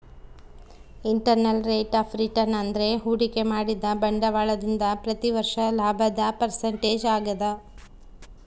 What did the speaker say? internal rate of return ಅಂದ್ರೆ ಹೂಡಿಕೆ ಮಾಡಿದ ಬಂಡವಾಳದಿಂದ ಪ್ರತಿ ವರ್ಷ ಲಾಭದ ಪರ್ಸೆಂಟೇಜ್ ಆಗದ